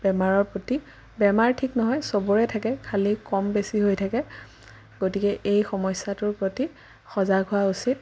বেমাৰৰ প্ৰতি বেমাৰ ঠিক নহয় চবৰে থাকে খালি কম বেছি হৈ থাকে গতিকে এই সমস্যাটোৰ প্ৰতি সজাগ হোৱা উচিত